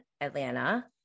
Atlanta